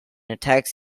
attacks